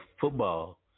football